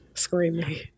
screaming